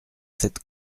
sept